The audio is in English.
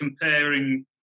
comparing